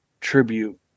tribute